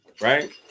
right